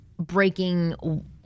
Breaking